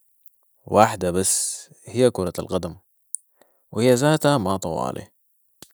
واحدة بس، هي كورة القدم وهي زاتها ما طوالي.